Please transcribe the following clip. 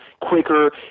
quicker